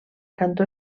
cantó